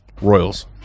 Royals